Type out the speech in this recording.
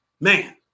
Man